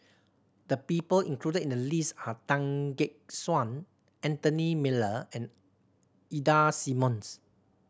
the people included in the list are Tan Gek Suan Anthony Miller and Ida Simmons